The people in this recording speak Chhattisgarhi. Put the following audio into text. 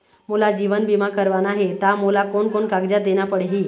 मोला जीवन बीमा करवाना हे ता मोला कोन कोन कागजात देना पड़ही?